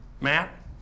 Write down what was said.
Matt